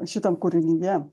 šitam kūrinyje